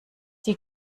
sie